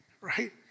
Right